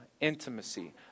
intimacy